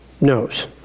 knows